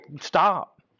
stop